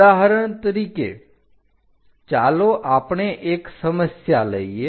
ઉદાહરણ તરીકે ચાલો આપણે એક સમસ્યા લઈએ